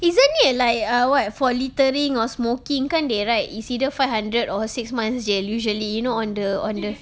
isn't it like err what for littering or smoking can't they write it's either five hundred or six months jail usually you know on the on the